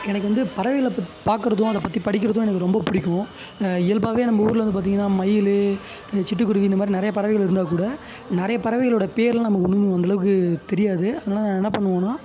எனக்கு வந்து பறவைகளை பத் பார்க்கறதும் அதைப் பற்றி படிக்கிறதும் எனக்கு ரொம்ப பிடிக்கும் இயல்பாகவே நம்ப ஊரில் வந்து பார்த்தீங்கன்னா மயில் இந்த சிட்டுக்குருவி இந்தமாதிரி நிறைய பறவைகள் இருந்தால்கூட நிறைய பறவைகளோடய பேரெலாம் நமக்கு ஒன்றும் அந்தளவுக்கு தெரியாது அதனால நான் என்ன பண்ணுவேன்னா